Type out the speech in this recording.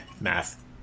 Math